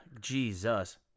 Jesus